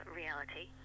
reality